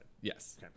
Yes